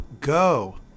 go